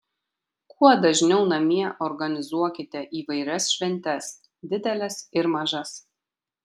kuo dažniau namie organizuokite įvairias šventes dideles ir mažas